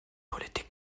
politik